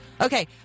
Okay